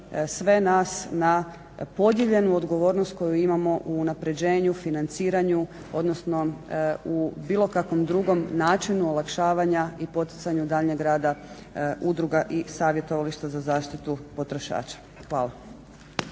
sve nas na podijeljenu odgovornost koju imamo u unaprjeđenju, financiranju, odnosno u bilo kakvom drugom načinu olakšavanja i poticanju daljnjeg rada udruga i savjetovališta za zaštitu potrošača. Hvala.